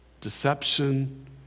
deception